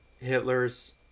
Hitler's